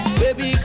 baby